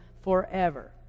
forever